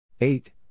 Eight